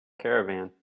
caravan